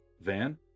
Van